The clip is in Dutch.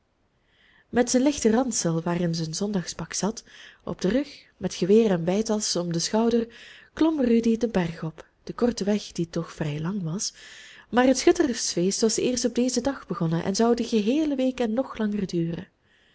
met zijn lichten ransel waarin zijn zondagspak zat op den rug met geweer en weitasch om den schouder klom rudy den berg op den korten weg die toch vrij lang was maar het schuttersfeest was eerst op dezen dag begonnen en zou de geheele week en nog langer duren